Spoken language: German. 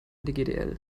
hdgdl